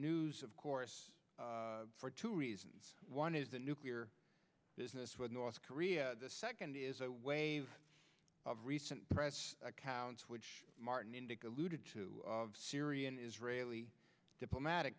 news of course for two reasons one is the nuclear business with north korea the second is a wave of recent press accounts which martin indyk alluded to of syrian israeli diplomatic